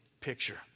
picture